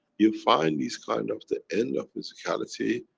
you find these kind of the end of physicality,